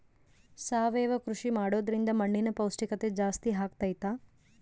ಸಾವಯವ ಕೃಷಿ ಮಾಡೋದ್ರಿಂದ ಮಣ್ಣಿನ ಪೌಷ್ಠಿಕತೆ ಜಾಸ್ತಿ ಆಗ್ತೈತಾ?